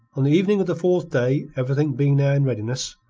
on the evening of the fourth day, everything being now in readiness,